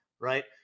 Right